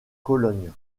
cologne